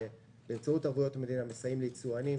באמצעות ערבויות המדינה אנחנו כמובן מסייעים ליצואנים,